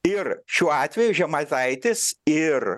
ir šiuo atveju žemaitaitis ir